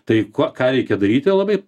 tai kuo ką reikia daryti labai